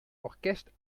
orkest